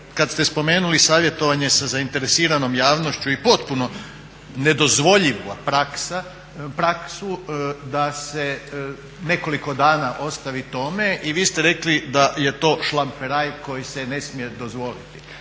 kad ste spomenuli savjetovanje sa zainteresiranom javnošću i potpuno nedozvoljivu praksu da se nekoliko dana ostavi tome, i vi ste rekli da je to šlamperaj koji se ne smije dozvoliti.